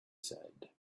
said